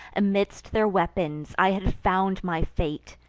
amidst their weapons i had found my fate,